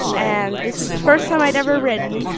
and this was the first time i'd ever ridden.